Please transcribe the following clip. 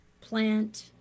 plant